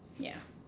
ya